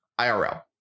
IRL